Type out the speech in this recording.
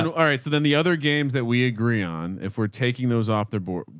and alright. so then the other games that we agree on, if we're taking those off their board,